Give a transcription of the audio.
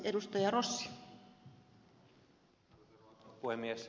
arvoisa rouva puhemies